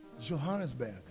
Johannesburg